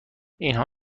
اینها